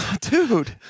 Dude